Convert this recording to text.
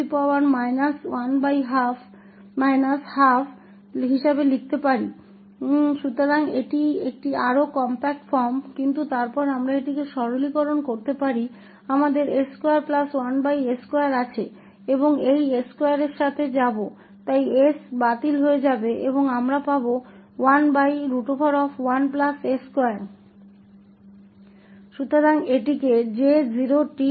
तो इसे अब इस प्रकार लिखा जा सकता है इस पद को इस प्रकार लिखा जा सकता है कि 1211s2 12 तो यह एक अधिक कॉम्पैक्ट रूप है लेकिन फिर भी हम इसे सरल बना सकते हैं हमारे पास s21s2 है और यह s2 s के साथ ऊपर जाएगा इसलिए s s रद्द हो जाता है और हमें केवल 11s2मिलेगा